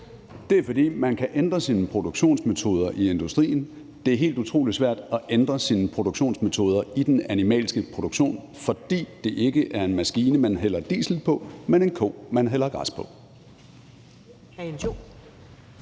Det er, fordi man kan ændre sine produktionsmetoder i industrien, mens det er helt utrolig svært at ændre sine produktionsmetoder i den animalske produktion, fordi det ikke er en maskine, man hælder diesel på, men en ko, man hælder græs på.